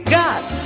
got